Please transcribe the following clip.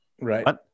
right